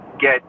get